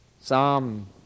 Psalm